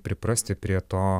priprasti prie to